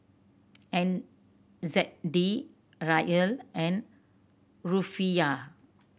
N Z D Riyal and Rufiyaa